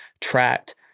tracked